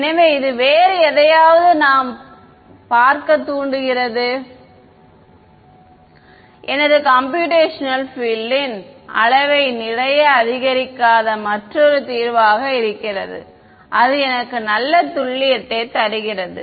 எனவே இது வேறு எதையாவது பார்க்க நாம் தூண்டுகிறது எனது கம்ப்யூடேஷனல் பிஎல்ட் அளவை நிறைய அதிகரிக்காத மற்றொரு தீர்வாக இருக்கிறது அது எனக்கு நல்ல துல்லியத்தை தருகிறது